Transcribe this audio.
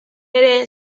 ere